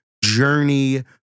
journey